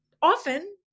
Often